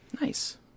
Nice